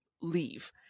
leave